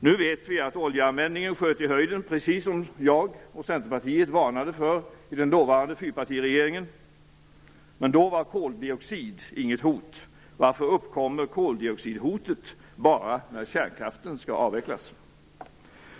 Nu vet vi att oljeanvändningen sköt i höjden, precis som jag och Centerpartiet varnade för i den dåvarande fyrpartiregeringen, men då var koldioxid inget hot. Varför uppkommer koldioxidhotet bara när kärnkraften skall avvecklas?